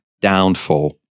downfall